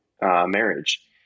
marriage